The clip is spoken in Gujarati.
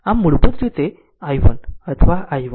આમ મૂળભૂત રીતે i1 અથવા i1